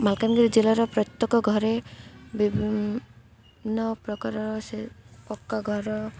ମାଲକାନଗିରି ଜିଲ୍ଲାର ପ୍ରତ୍ୟେକ ଘରେ ବିଭିନ୍ନ ପ୍ରକାରର ସେ ପକ୍କା ଘର